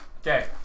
Okay